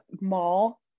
Mall